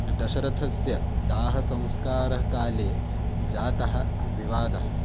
दशरथस्य दाहसंस्कारकाले जातः विवादः